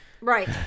right